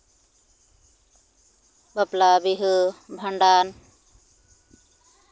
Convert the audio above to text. ᱵᱟᱯᱞᱟᱼᱵᱤᱦᱟᱹ ᱵᱷᱟᱸᱰᱟᱱ